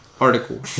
Article